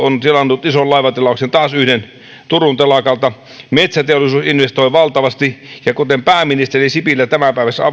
on tilannut ison laivatilauksen taas yhden turun telakalta metsäteollisuus investoi valtavasti ja kuten pääministeri sipilä tämänpäiväisessä